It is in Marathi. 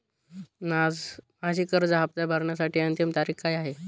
माझी कर्ज हफ्ता भरण्याची अंतिम तारीख काय आहे?